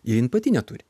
ji pati neturi